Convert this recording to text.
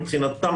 מבחינתם,